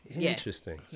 Interesting